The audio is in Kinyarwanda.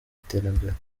iterambere